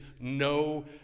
no